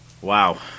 Wow